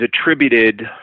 attributed